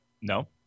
No